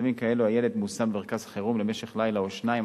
במצבים כאלה הילד מושם במרכז חירום למשך לילה או שניים,